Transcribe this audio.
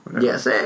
Yes